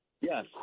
Yes